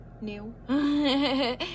new